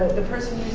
the person